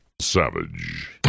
Savage